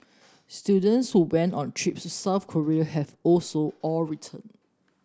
students who went on trips to South Korea have also all returned